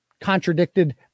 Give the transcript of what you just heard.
Contradicted